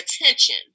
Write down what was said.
attention